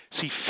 see